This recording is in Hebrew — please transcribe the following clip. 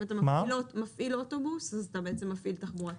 אם אתה מפעיל אוטובוס אז אתה בעצם מפעיל תחבורה ציבורית.